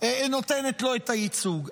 נותנת לו את הייצוג.